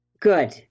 Good